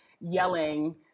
yelling